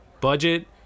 budget